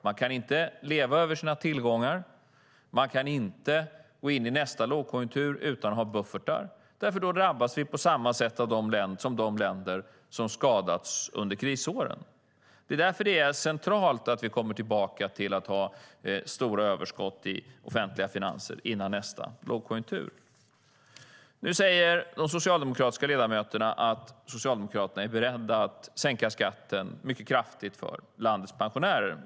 Man kan inte leva över sina tillgångar, och man kan inte gå in i nästa lågkonjunktur utan att ha buffertar därför att vi då drabbas på samma sätt som de länder som skadats under krisåren. Det är därför som det är centralt att vi kommer tillbaka till att ha stora överskott i offentliga finanser före nästa lågkonjunktur. Nu säger de socialdemokratiska ledamöterna att Socialdemokraterna är beredda att sänka skatten mycket kraftigt för landets pensionärer.